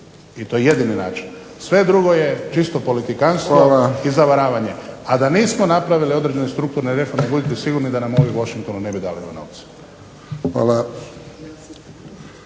I to je jedini način. Sve drugo je čisto politikanstvo i zavaravanje. A da nismo napravili određene strukturne reforme budite sigurni da nam ovi u Washingtonu ne bi dali ove novce.